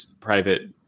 private